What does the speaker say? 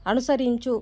అనుసరించు